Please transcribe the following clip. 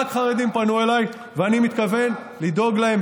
רק חרדים פנו אליי, ואני מתכוון לדאוג להם.